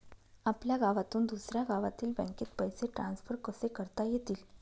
आपल्या गावातून दुसऱ्या गावातील बँकेत पैसे ट्रान्सफर कसे करता येतील?